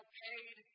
paid